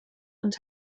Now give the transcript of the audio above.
und